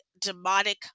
demonic